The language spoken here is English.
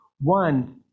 One